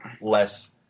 less